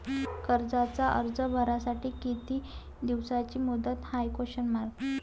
कर्जाचा अर्ज भरासाठी किती दिसाची मुदत हाय?